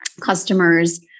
customers